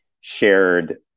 shared